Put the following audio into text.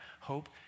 Hope